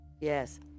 Yes